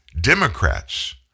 Democrats